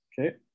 Okay